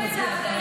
אני אומרת על זה.